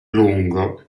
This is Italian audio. lungo